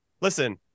listen